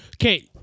Okay